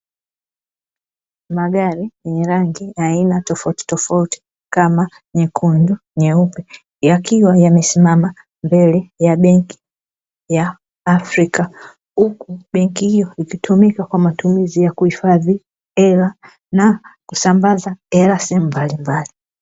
Magari yenye rangi ya aina tofautitofauti kama nyekundu, nyeupe; yakiwa yamesimama mbele ya benki ya Afrika. Huku benki hiyo ikitumika kwa matumizi ya kuhifadhi hela na kusambaza hela sehemu mbalimbali.